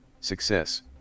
success